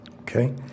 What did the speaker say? Okay